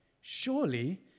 surely